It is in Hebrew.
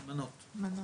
מנות.